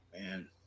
Man